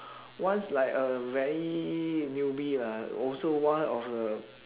once like a very newbie lah also one of the